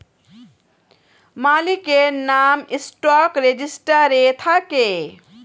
মালিকের নাম স্টক রেজিস্টারে থাকে